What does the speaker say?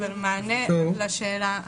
אבל מענה לשאלה הזאת.